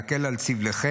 להקל על סבלכם,